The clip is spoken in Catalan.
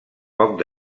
poc